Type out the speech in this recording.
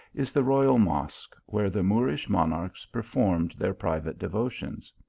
is the royal mosque, where the moorish monarchs performed their private devotions.